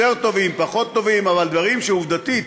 יותר טובים, פחות טובים, אבל דברים שעובדתית